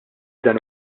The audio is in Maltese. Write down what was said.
dan